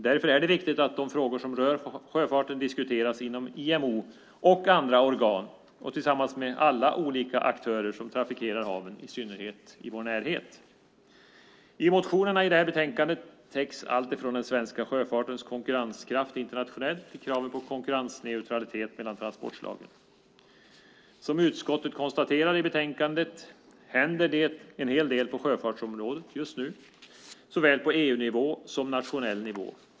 Därför är det viktigt att de frågor som rör sjöfarten diskuteras inom IMO, andra organ och tillsammans med alla olika aktörer som trafikerar haven, i synnerhet i vår närhet. I motionerna i detta betänkande täcks allt från den svenska sjöfartens konkurrenskraft internationellt till kraven på konkurrensneutralitet mellan transportslagen in. Som utskottet konstaterar i betänkandet händer det en hel del på sjöfartsområdet just nu såväl på EU-nivå som på nationell nivå.